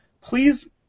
please